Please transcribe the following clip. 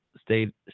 state